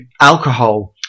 alcohol